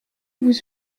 vous